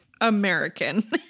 American